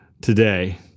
today